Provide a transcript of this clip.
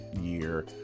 year